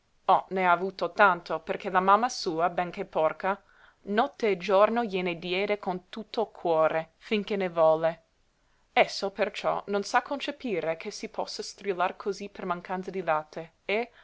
oh ne ha avuto tanto perché la mamma sua benché porca notte e giorno gliene diede con tutto il cuore finché ne volle esso perciò non sa concepire che si possa strillar cosí per mancanza di latte e